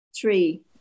three